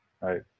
right